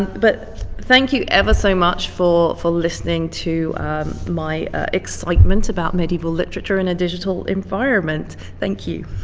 but thank you ever so much for for listening to my excitement about medieval literature in a digital environment. thank you.